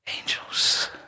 Angels